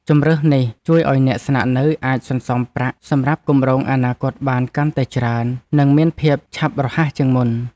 ជម្រើសនេះជួយឱ្យអ្នកស្នាក់នៅអាចសន្សំប្រាក់សម្រាប់គម្រោងអនាគតបានកាន់តែច្រើននិងមានភាពឆាប់រហ័សជាងមុន។